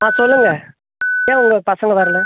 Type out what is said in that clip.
ஆ சொல்லுங்க ஏன் உங்கள் பசங்கள் வரல